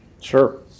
Sure